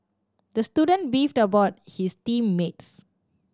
the student beefed about his team mates